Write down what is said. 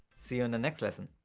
see you in the next lesson.